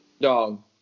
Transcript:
Dog